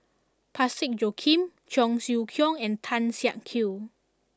Parsick Joaquim Cheong Siew Keong and Tan Siak Kew